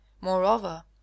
moreover